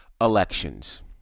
elections